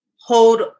hold